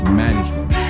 management